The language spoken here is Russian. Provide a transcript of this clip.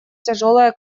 тяжелое